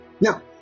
Now